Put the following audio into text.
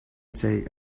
ceih